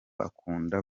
akunda